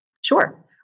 Sure